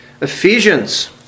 Ephesians